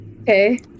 Okay